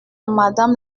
madame